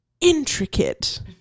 intricate